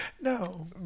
No